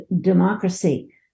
democracy